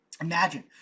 Imagine